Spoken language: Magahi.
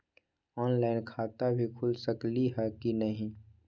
ऑनलाइन खाता भी खुल सकली है कि नही?